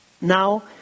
Now